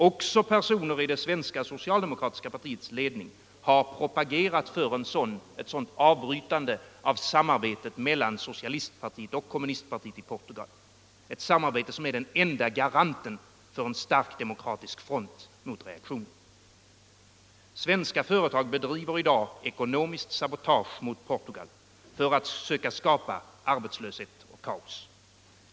Också personer i det svenska socialdemokratiska partiets ledning har propagerat för ett avbrytande av samarbetet mellan socialistpartiet och kommunistpartiet i Portugal — det samarbete som är den enda garanten för en stark demokratisk front mot reaktionen. Svenska företag bedriver i dag ekonomiskt sabotage mot Portugal för att söka skapa arbetslöshet och kaos.